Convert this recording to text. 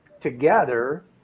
together